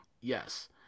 Yes